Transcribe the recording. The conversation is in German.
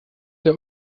der